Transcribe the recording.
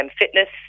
Fitness